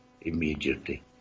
immediately